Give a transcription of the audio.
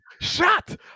shut